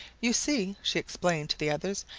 you see, she explained to the others,